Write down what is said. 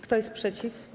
Kto jest przeciw?